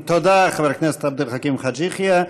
תודה, חבר הכנסת עבד אל חכים חאג' יחיא.